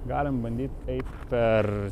galim bandyt eit per